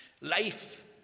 Life